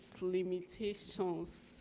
limitations